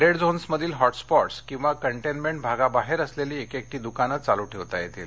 red झोन्समधील hot spots किवा containment भागाबाहेर असलेली एकेकटी दुकाने चालू ठेवता येतील